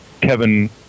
Kevin